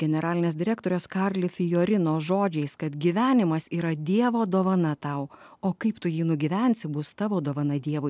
generalinės direktorės karli fiorino žodžiais kad gyvenimas yra dievo dovana tau o kaip tu jį nugyvensi bus tavo dovana dievui